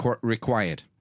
required